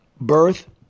birth